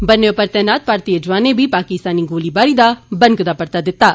बन्ने उप्पर तैनात भारतीय जुआनें बी पाकिस्तानी गोलीबारी दा बनकदा परता दित्ता